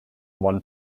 one